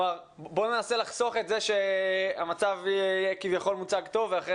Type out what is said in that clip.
ננסה לחסוך את זה שהמצב יהיה מוצג כביכול טוב ואחר